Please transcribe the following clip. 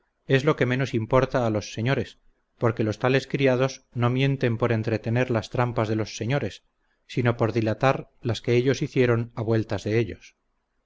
es lo que menos importa a los señores porque los tales criados no mienten por entretener las trampas de los señores sino por dilatar las que ellos hicieron a vueltas de ellos